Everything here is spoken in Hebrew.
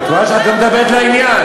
את רואה שאת לא מדברת לעניין?